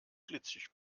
glitschig